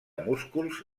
músculs